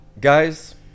guys